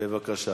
בבקשה.